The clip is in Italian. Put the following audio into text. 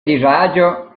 disagio